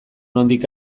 nondik